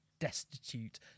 destitute